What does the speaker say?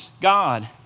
God